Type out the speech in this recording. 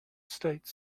states